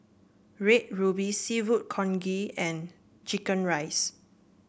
Red Ruby seafood congee and chicken rice